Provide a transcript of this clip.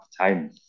time